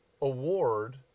award